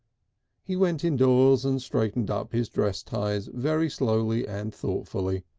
he went indoors and straightened up his dress ties very slowly and thoughtfully.